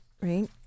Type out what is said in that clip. right